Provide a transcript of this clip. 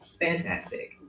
fantastic